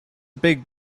big